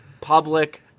public